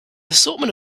assortment